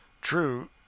True